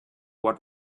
what